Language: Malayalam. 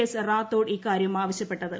എസ് റാത്തോഡ് ഇക്കാര്യം ആവശ്യപ്പെട്ടത്